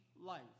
life